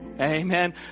Amen